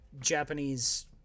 Japanese